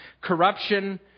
Corruption